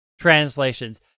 translations